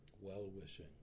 well-wishing